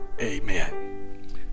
amen